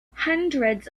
hundreds